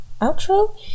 outro